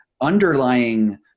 underlying